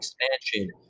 expansion